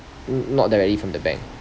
mm not directly from the bank